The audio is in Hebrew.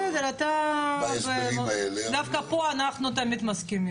בסדר, אתה --- דווקא פה אנחנו תמיד מסכימים.